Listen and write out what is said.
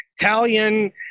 Italian